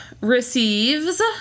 receives